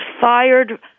fired